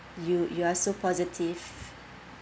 you you are so positive